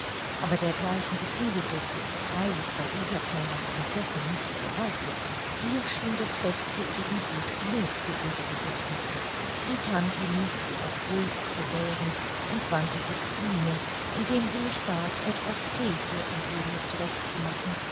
aber dergleichen gefühle durfte ich freilich bei dieser kleinen prinzessin nicht voraussetzen ihr schien das beste eben gut genug für ihre bedürfnisse die tante ließ sie auch ruhig gewähren und wandte sich zu mir indem sie mich bat etwas thee für